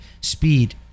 speed